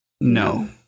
No